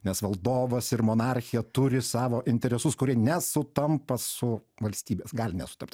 nes valdovas ir monarchija turi savo interesus kurie nesutampa su valstybės gali nesutapti